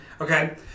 Okay